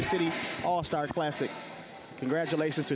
the city all star classic congratulations